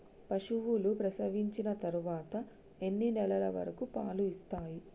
పశువులు ప్రసవించిన తర్వాత ఎన్ని నెలల వరకు పాలు ఇస్తాయి?